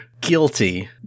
guilty